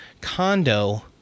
condo